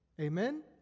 Amen